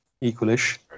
equal-ish